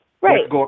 Right